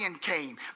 came